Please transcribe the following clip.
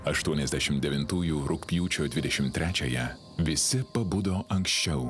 aštuoniasdešimt devintųjų rugpjūčio dvidešimt trečiąją visi pabudo anksčiau